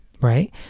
right